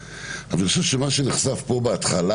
אבל אני חושב שמה שנחשף פה בהתחלה